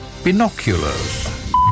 Binoculars